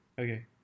Okay